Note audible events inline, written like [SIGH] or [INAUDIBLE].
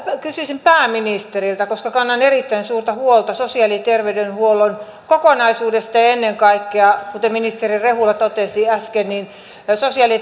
kysyisin pääministeriltä kannan erittäin suurta huolta sosiaali ja terveydenhuollon kokonaisuudesta ja ennen kaikkea kuten ministeri rehula totesi äsken sosiaali [UNINTELLIGIBLE]